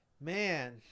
man